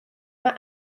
mae